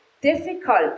difficult